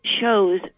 shows